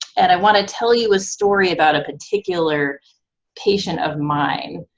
and i want to tell you a story about a particular patient of mine,